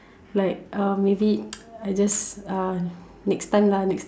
like um maybe I just uh next time lah next time